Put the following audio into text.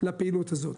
לפעילות הזו.